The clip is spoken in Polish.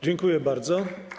Dziękuję bardzo.